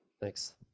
Thanks